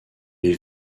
les